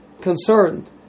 concerned